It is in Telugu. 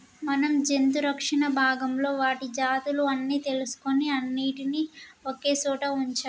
మనం జంతు రక్షణ భాగంలో వాటి జాతులు అన్ని తెలుసుకొని అన్నిటినీ ఒకే సోట వుంచాలి